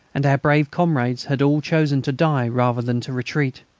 and our brave comrades had all chosen to die rather than to retreat.